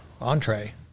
entree